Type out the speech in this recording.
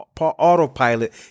Autopilot